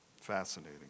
Fascinating